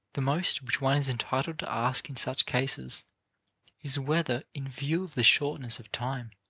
the most which one is entitled to ask in such cases is whether in view of the shortness of time,